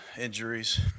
injuries